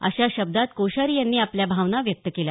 अशा शब्दात कोश्यारी यांनी आपल्या भावना व्यक्त केल्या